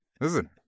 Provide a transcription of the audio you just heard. Listen